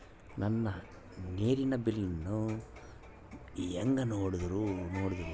ನನ್ನ ನೇರಿನ ಬಿಲ್ಲನ್ನು ಹೆಂಗ ನೋಡದು?